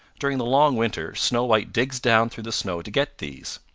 during the long winter snow white digs down through the snow to get these.